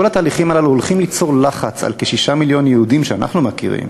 כל התהליכים הללו הולכים ליצור לחץ על כ-6 מיליון יהודים שאנחנו מכירים